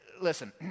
Listen